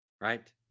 right